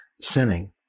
sinning